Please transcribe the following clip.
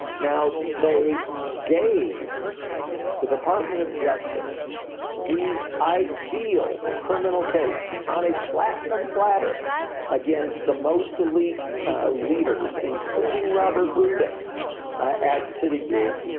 now, they gave the department of justice the ideal criminal case on a platinum platter against the most elite leaders, including robert rubin at citigroup,